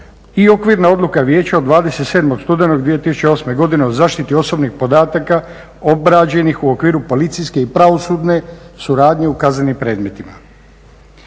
i okvirna odluka Vijeća od 27. studenog 2008. godine o zaštiti osobnih podataka obrađenih u okviru policijske i pravosudne suradnje u kaznenim predmetima.